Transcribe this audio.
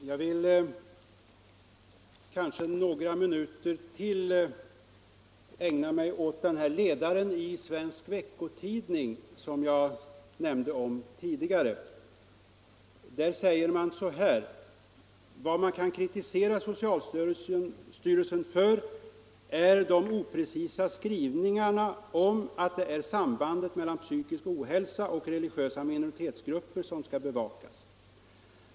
Herr talman! Jag vill kanske några minuter till ägna mig åt den ledare i Svensk Veckotidning som jag omnämnde tidigare. Där står det: ”Vad man kan kritisera Socialstyrelsen för är de oprecisa skrivningar om att det är sambandet mellan psykisk ohälsa och "religiösa minoritetsgrupper', som skall bevakas.